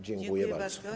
Dziękuję bardzo.